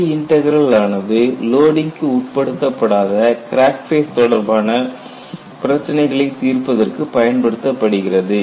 J integral ஆனது லோடிங்க்கு உட்படுத்தப்படாத கிராக் ஃபேஸ் தொடர்பான பிரச்சினைகளை தீர்ப்பதற்கு பயன்படுத்தப்படுகிறது